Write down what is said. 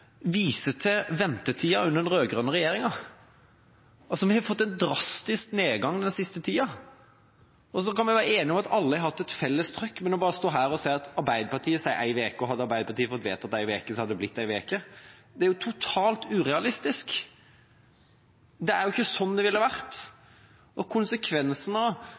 vise til ventetida under den rød-grønne regjeringa. Vi har fått en drastisk nedgang den siste tida. Og så kan vi være enige om at alle har hatt et felles trøkk, men bare å stå her og si at Arbeiderpartiet sier én uke, og hadde Arbeiderpartiet fått vedtatt én uke, hadde det blitt én uke, er totalt urealistisk. Det er jo ikke sånn det ville vært.